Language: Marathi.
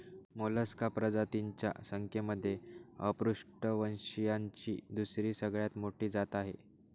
मोलस्का प्रजातींच्या संख्येमध्ये अपृष्ठवंशीयांची दुसरी सगळ्यात मोठी जात आहे